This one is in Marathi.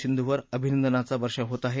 सिंधुवर अभिनंदनाचा वर्षाव होत आहे